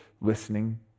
listening